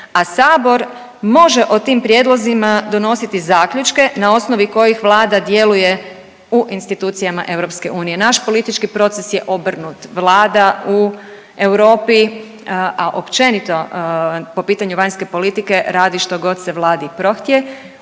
a sabor može o tim prijedlozima donositi zaključke na osnovi kojih Vlada djeluje u institucijama EU. Naš politički proces je obrnut, Vlada u Europi, a općenito po pitanju vanjske politike radi što god se Vladi prohtje